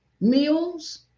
meals